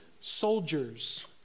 soldiers